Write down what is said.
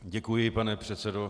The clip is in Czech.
Děkuji, pane předsedo.